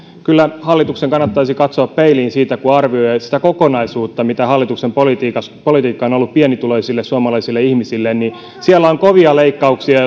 kyllä hallituksen kannattaisi katsoa peiliin kun arvioi sitä kokonaisuutta mitä hallituksen politiikka politiikka on ollut pienituloisille suomalaisille ihmisille siellä on kovia leikkauksia